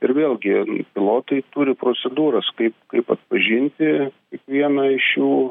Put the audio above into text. ir vėlgi pilotai turi procedūras kaip kaip atpažinti kiekvieną iš šių